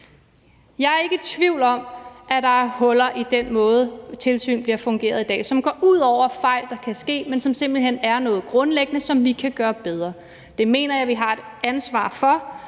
Jeg er ikke i tvivl om, at der er huller i den måde, tilsynet fungerer på i dag, som rækker ud over fejl, der kan ske, og som simpelt hen peger på noget grundlæggende, som vi kan gøre bedre. Jeg mener, at vi her